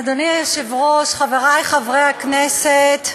אדוני היושב-ראש, חברי חברי הכנסת,